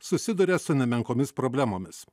susiduria su nemenkomis problemomis